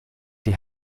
die